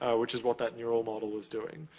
which is what that neuro model is doing.